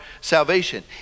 salvation